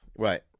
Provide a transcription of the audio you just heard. Right